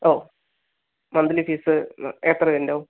ഓഹ് monthly fees എത്ര വരണുണ്ടാവും